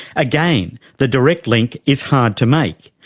again, the direct link is hard to make.